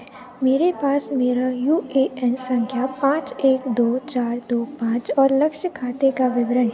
मेरे पास मेरा यू ए एन संख्या पाँच एक दो चार दो पाँच और लक्ष्य खाते का विवरण